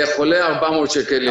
ולחולה 400 שקל ליום.